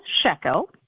shekel